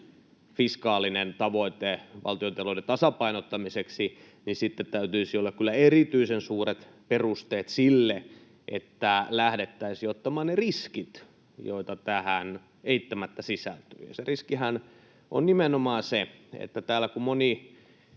fiskaalinen tavoite valtiontalouden tasapainottamiseksi, niin sitten täytyisi olla kyllä erityisen suuret perusteet sille, että lähdettäisiin ottamaan ne riskit, joita tähän eittämättä sisältyy. Ja se riskihän on nimenomaan siinä, mistä täällä moni